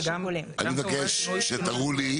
אני מבקש שתראו לי,